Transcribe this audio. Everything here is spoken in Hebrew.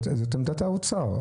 זו עמדת האוצר.